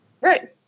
Right